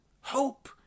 hope